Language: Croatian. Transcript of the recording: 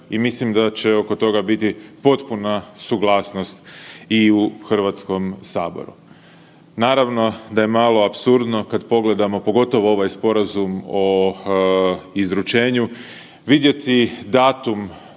i mislim da će oko toga biti potpuna suglasnost i u Hrvatskom saboru. Naravno da je malo apsurdno kada pogledamo, pogotovo ovaj Sporazum o izručenju vidjeti datum